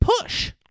Push